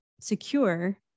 secure